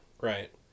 Right